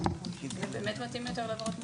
זה באמת מתאים יותר לעבירות משמעת.